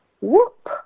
Whoop